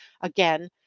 again